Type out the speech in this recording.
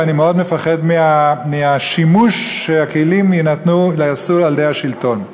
ואני מאוד מפחד מהשימוש שייעשה בכלים שיינתנו על-ידי השלטון.